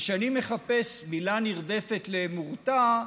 וכשאני מחפש מילה נרדפת ל"מורתע"